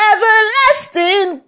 Everlasting